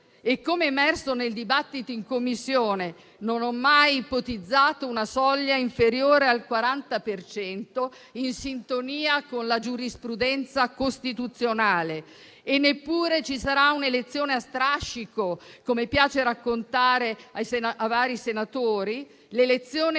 - come è emerso nel dibattito in Commissione - non ho mai ipotizzato una soglia inferiore al 40 per cento, in sintonia con la giurisprudenza costituzionale. Non ci sarà neppure un'elezione a strascico, come piace raccontare a vari senatori: le elezioni dei